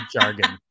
jargon